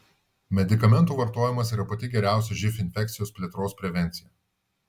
medikamentų vartojimas yra pati geriausia živ infekcijos plėtros prevencija